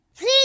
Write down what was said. Please